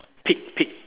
pig pig